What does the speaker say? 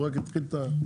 הוא רק התחיל את התפקיד,